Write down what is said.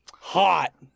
Hot